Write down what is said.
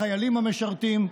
החיילים המשרתים.